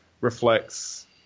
reflects